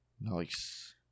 Nice